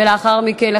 ולאחר מכן,